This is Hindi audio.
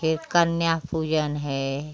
फिर कन्या पूजन है